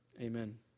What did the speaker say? amen